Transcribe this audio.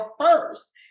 first